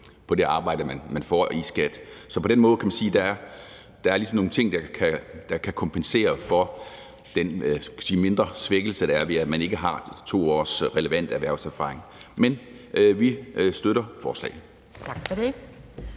på det arbejde, man får i skattevæsenet. Så på den måde er der ligesom nogle ting, der kan kompensere for den mindre svækkelse, der er ved, at man ikke har 2 års relevant erhvervserfaring. Men vi støtter forslaget.